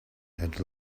had